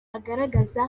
agaragaza